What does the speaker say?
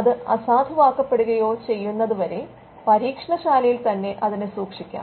അത് അസാധുവാക്കപ്പെടുകയോ ചെയ്യുന്നതുവരെ പരീക്ഷണശാലയിൽ തന്നെ അതിനെ സൂക്ഷിക്കാം